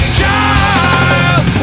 child